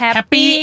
Happy